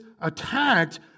attacked